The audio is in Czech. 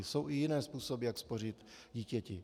Jsou i jiné způsoby, jak spořit dítěti.